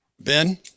Ben